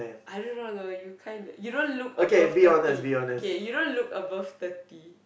I don't know the you kinda you don't look above thirty okay you don't look above thirty